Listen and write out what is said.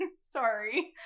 sorry